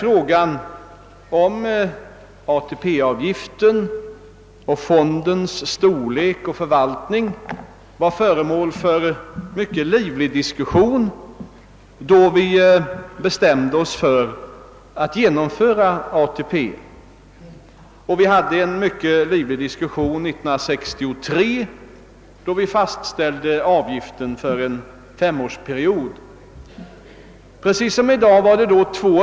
Frågan om ATP-avgiften samt fondens storlek och förvaltning var ju föremål för en mycket livlig diskussion då vi bestämde oss för att genomföra ATP. Även år 1963, då avgiften fastställdes för en femårsperiod, var diskussionen synnerligen livlig.